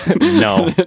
No